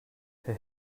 herr